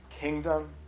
kingdom